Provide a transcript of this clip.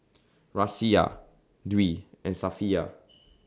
Raisya Dwi and Safiya